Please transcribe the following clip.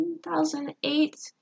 2008